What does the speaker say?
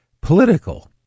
political